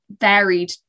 varied